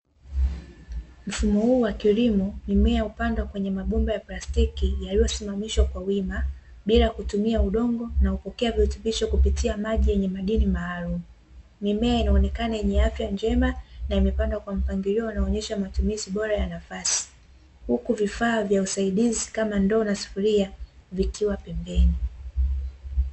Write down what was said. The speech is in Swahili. Mfumo huu wa kilimo, mimea hupandwa kwenye mabomba ya plastiki yaliyosimamishwa kwa wima bila kutumia udongo, na hupokea virutubisho kupitia maji yenye madini maalumu. Mimea inaonekana yenye afya njema na imepandwa kwa mpangilio unaoonyesha matumizi bora ya nafasi, huku vifaa vya usaidizi kama ndoo na sufuria vikiwa pembeni.